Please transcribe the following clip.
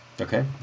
Okay